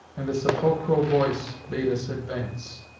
and a sepulchral voice bade us advance.